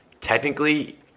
technically